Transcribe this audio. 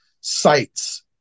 sites